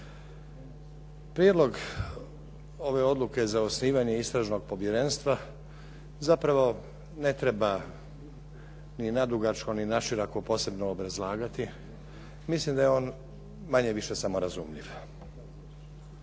Prijedlog ove Odluke za osnivanje Istražnog povjerenstva zapravo ne treba ni nadugačko ni naširoko posebno obrazlagati. Mislim da je on manje-više samorazumljiv.